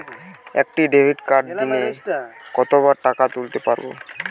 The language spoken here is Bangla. একটি ডেবিটকার্ড দিনে কতবার টাকা তুলতে পারব?